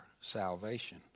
salvation